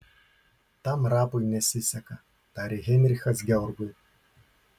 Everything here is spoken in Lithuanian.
tam rapui nesiseka tarė heinrichas georgui